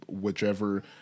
whichever